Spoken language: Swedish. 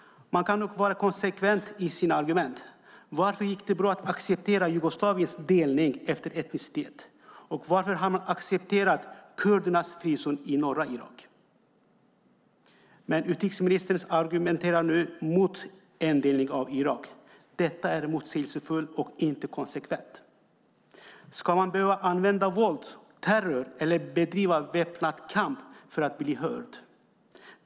Man ska nog vara konsekvent i sina argument. Varför gick det bra att acceptera Jugoslaviens delning efter etnicitet, och varför har man accepterat kurdernas frizon i norra Irak? Utrikesministern argumenterar nu mot en delning av Irak. Detta är motsägelsefullt och inte konsekvent. Ska man behöva använda våld, terror eller bedriva väpnad kamp för att bli hörd?